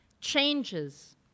changes